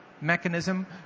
mechanism